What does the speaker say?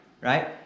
right